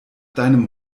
deinem